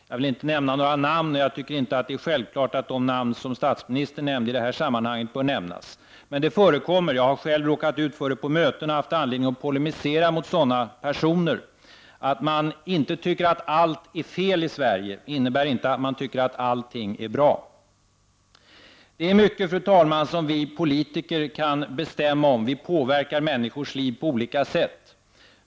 Jag vill inte nämna några namn, och jag tycker inte att det är självklart att de namn som statsministern har nämnt i sammanhanget bör nämnas. Men dessa överdrifter förekommer. Jag har själv råkat ut för dem på möten och har haft anledning att polemisera mot sådana. Att man inte tycker att allt är fel i Sverige innebär inte att man tycker att allt är bra. Fru talman! Vi politiker kan bestämma om mycket. Vi påverkar människors liv på olika sätt.